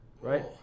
right